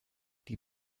die